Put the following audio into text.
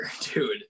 dude